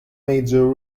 major